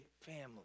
family